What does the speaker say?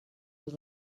with